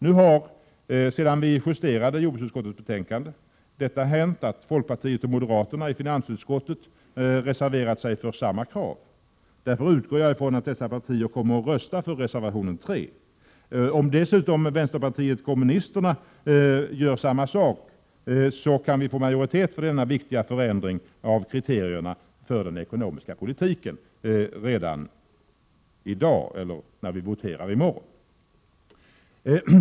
Nu har — sedan vi justerat jordbruksutskottets betänkande — folkpartiet och moderaterna i finansutskottet reserverat sig för samma krav. Därför utgår jag från att dessa partier kommer att rösta för reservation 3. Om dessutom vänsterpartiet kommunisterna gör samma sak, kan vi få majoritet för denna viktiga förändring av kriterierna för den ekonomiska politiken redan i dag — eller när vi voterar i morgon.